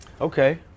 Okay